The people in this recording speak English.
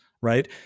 right